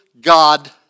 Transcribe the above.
God